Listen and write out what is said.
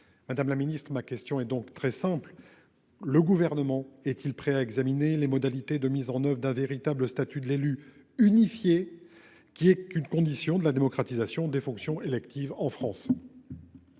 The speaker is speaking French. Madame la ministre, ma question est donc très simple : le Gouvernement est-il prêt à examiner les modalités de mise en place d'un véritable statut unifié de l'élu, condition de la démocratisation des fonctions électives en France ?